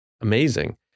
amazing